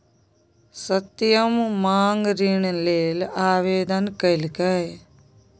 सत्यम माँग ऋण लेल आवेदन केलकै